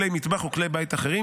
כלי מטבח וכלי בית אחרים,